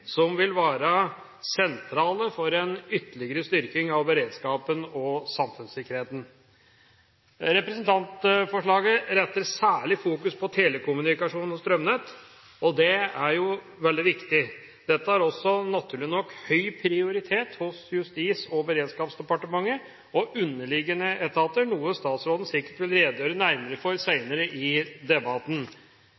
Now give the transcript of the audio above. som vil være sentrale for en ytterligere styrking av beredskapen og samfunnssikkerheten. Representantforslaget fokuserer særlig på telekommunikasjon og strømnett, og det er jo veldig viktig. Dette har også naturlig nok høy prioritet hos Justis- og beredskapsdepartementet og underliggende etater, noe statsråden sikkert vil redegjøre nærmere for